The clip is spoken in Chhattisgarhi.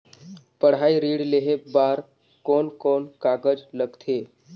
पढ़ाई ऋण लेहे बार कोन कोन कागज लगथे?